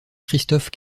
christophe